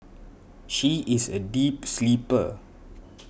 she is a deep sleeper